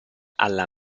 alla